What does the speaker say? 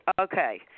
Okay